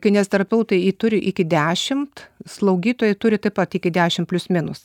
kineziterapeutai turi iki dešimt slaugytojai turi taip pat iki dešim plius minus